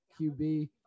QB